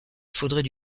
faudrait